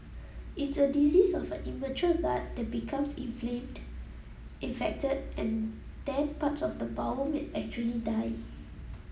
it's a disease of an immature gut that becomes inflamed infected and then parts of the bowel may actually die